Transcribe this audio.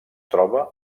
troba